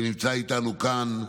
שנמצא איתנו כאן,